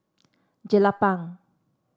Jelapang